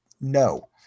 No